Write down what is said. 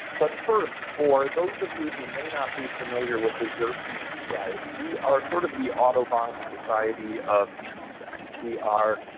but first, for those of you who may not be familiar with the xerces society, we are sort of the autobahn society of insects. we are